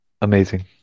Amazing